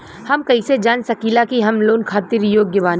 हम कईसे जान सकिला कि हम लोन खातिर योग्य बानी?